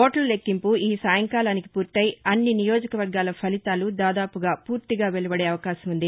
ఓట్ల లెక్కింపు ఈ సాయంకాలానికి పూర్తయి అన్ని నియోజక వర్గాల ఫలితాలు దాదాపుగా పూర్తిగా వెలువదే అవకాశం ఉంది